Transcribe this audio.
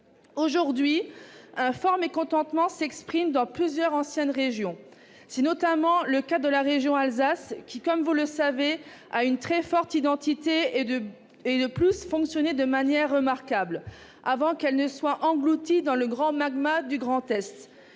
Aujourd'hui, un fort mécontentement s'exprime dans plusieurs anciennes régions. C'est notamment le cas en région Alsace, qui, comme vous le savez, a une très forte identité et, de plus, fonctionnait de manière remarquable avant qu'elle ne soit engloutie dans le magma du Grand Est.